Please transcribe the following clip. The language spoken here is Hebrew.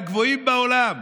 מהגבוהים בעולם.